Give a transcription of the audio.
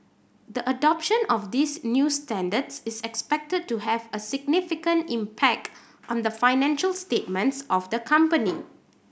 the adoption of these new standards is expected to have a significant impact on the financial statements of the company